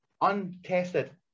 untested